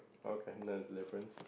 okay that's a difference